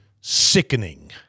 sickening